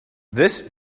this